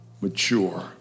mature